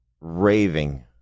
raving